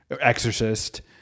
exorcist